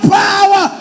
power